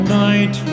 night